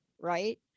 right